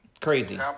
Crazy